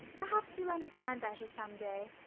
perhaps you'll understand better some day.